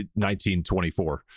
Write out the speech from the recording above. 1924